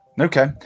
okay